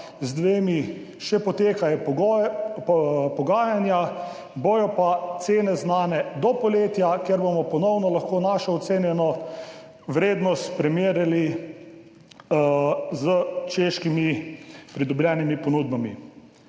z dvema še potekajo pogajanja, bodo pa cene znane do poletja, ko bomo ponovno lahko našo ocenjeno vrednost primerjali s češkimi pridobljenimi ponudbami.